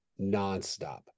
nonstop